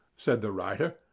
said the writer,